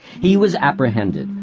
he was apprehended,